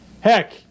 Heck